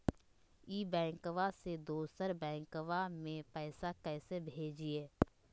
ई बैंकबा से दोसर बैंकबा में पैसा कैसे भेजिए?